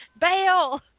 Bail